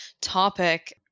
topic